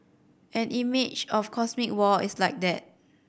an image of cosmic war is like that